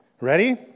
Ready